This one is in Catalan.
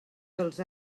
dels